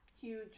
Huge